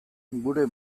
gure